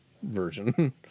version